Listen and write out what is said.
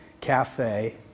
cafe